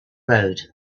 road